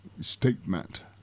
statement